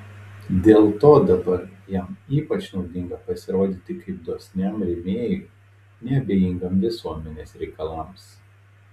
dėl to dabar jam ypač naudinga pasirodyti kaip dosniam rėmėjui neabejingam visuomenės reikalams